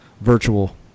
virtual